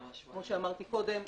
כמו שאמרתי קודם,